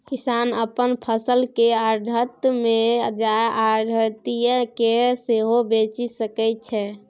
किसान अपन फसल केँ आढ़त मे जाए आढ़तिया केँ सेहो बेचि सकै छै